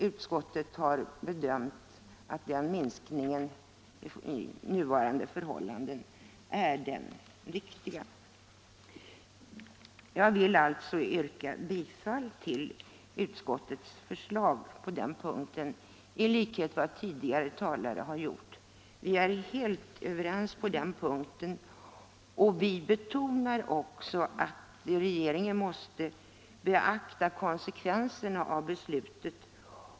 Utskottet har bedömt att den minskningen under nuvarande förhållanden är den riktiga. Jag vill alltså yrka bifall till utskottets förslag på den punkten, i likhet med vad tidigare talare gjort. Vi är här helt överens, och vi betonar också att regeringen måste beakta konsekvenserna av beslutet.